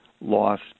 lost